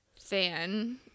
fan